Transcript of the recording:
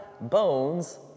bones